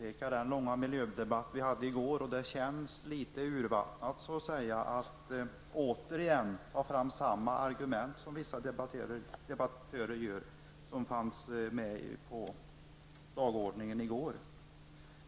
erinra om den långa miljödebatt som vi hade i går. Det känns litet urvattnat att nu återigen ta fram samma argument som i går, som vissa debattörer gör.